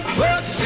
work